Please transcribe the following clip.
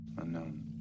Unknown